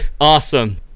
Awesome